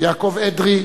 יעקב אדרי.